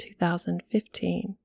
2015